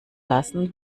lassen